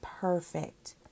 perfect